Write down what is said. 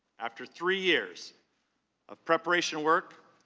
after three years of preparation work,